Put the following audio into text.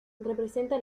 representa